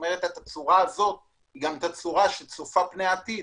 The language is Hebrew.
התצורה הזאת היא גם תצורה שצופה פני עתיד